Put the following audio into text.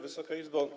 Wysoka Izbo!